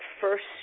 first